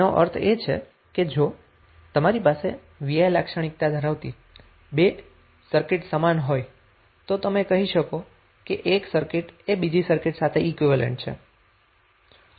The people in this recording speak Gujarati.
તેનો અર્થ એ છે કે જો તમારી પાસે V I લાક્ષણિકતા ધરાવતી બે સર્કિટ સમાન હોય તો તમે કહી શકો છો કે એક સર્કિટ એ બીજી સર્કિટ સાથે ઈક્વીવેલેન્ટ છે